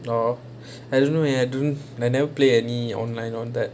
no I don't know eh I don't I never play any online all that